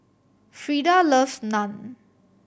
Frida loves Naan